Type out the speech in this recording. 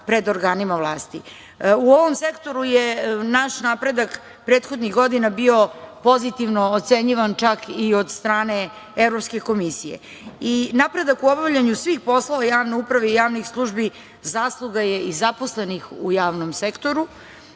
pred organima vlasti.U ovom sektoru je naš napredak prethodnih godina bio pozitivno ocenjivan čak i od strane Evropske komisije. Napredak u obavljanju svih poslova javne uprave i javnih službi zasluga je i zaposlenih u javnom sektoru.